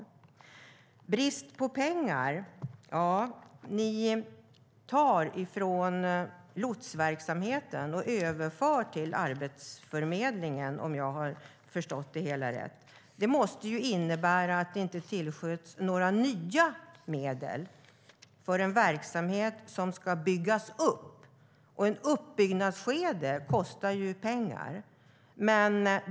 När det gäller brist på pengar tar regeringen pengar från lotsverksamheten och överför till Arbetsförmedlingen, om jag har förstått det hela rätt. Det måste innebära att det inte tillskjuts några nya medel till en verksamhet som ska byggas upp. Och ett uppbyggnadsskede kostar pengar.